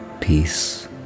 peace